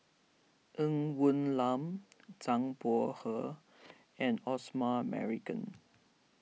Ng Woon Lam Zhang Bohe and Osman Merican